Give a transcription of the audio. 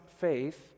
faith